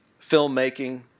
filmmaking